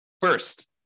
First